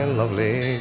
lovely